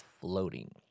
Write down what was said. Floating